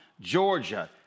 Georgia